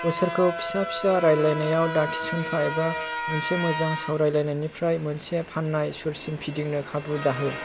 बिसोरखौ फिसा फिसा रायज्लायनायाव दा थिसनफा एबा मोनसे मोजां सावराय लायनायनिफ्राय मोनसे फाननाय सुरसिम फिदिंनो खाबु दाहो